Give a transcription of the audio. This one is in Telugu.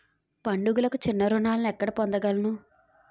పండుగలకు చిన్న చిన్న రుణాలు ఎక్కడ పొందగలను?